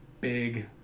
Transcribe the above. big